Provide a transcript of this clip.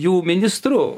jų ministru